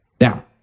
Now